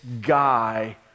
guy